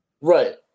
Right